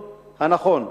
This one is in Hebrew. הנכון.